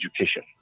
education